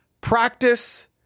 Practice